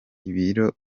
ibiro